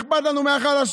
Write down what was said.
אכפת לנו מהחלשים,